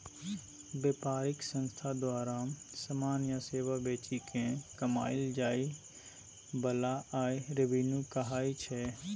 बेपारिक संस्था द्वारा समान या सेबा बेचि केँ कमाएल जाइ बला आय रेवेन्यू कहाइ छै